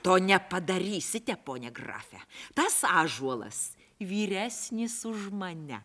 to nepadarysite pone grafe tas ąžuolas vyresnis už mane